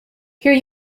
here